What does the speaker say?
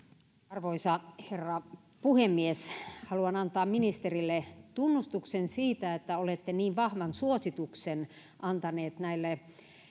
arvoisa herra puhemies haluan antaa ministerille tunnustuksen siitä että olette niin vahvan suosituksen antanut näille